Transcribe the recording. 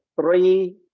three